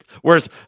Whereas